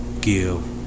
give